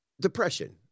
depression